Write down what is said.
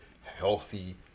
healthy